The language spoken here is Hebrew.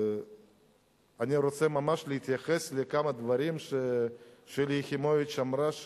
אני רוצה ממש להתייחס לכמה דברים ששלי יחימוביץ אמרה,